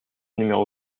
numéro